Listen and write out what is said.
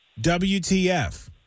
WTF